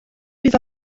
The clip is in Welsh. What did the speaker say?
bydd